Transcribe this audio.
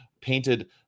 painted